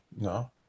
No